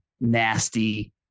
nasty